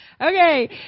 Okay